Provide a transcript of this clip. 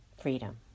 freedom